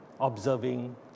observing